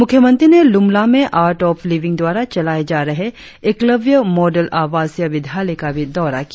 मुख्यमंत्री ने लुम्ला में आर्ट ऑफ लिविंग द्वारा चलाए जा रहे एक्लव्या मॉडल आवासीय विद्यालय का भी दौरा किया